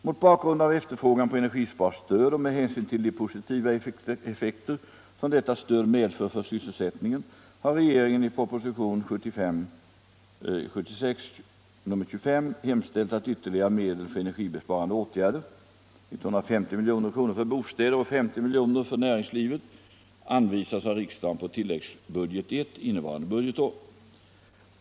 Mot bakgrund av efterfrågan på energisparstöd och med hänsyn till de positiva effekter som detta stöd medför för sysselsättningen har regeringen i propositionen 1975/76:25 hemställt att ytterligare medel för energibesparande åtgärder — 150 milj.kr. för bostäder och 50 milj.kr. för näringslivet — anvisas av riksdagen på tilläggsbudget I innevarande budgetår.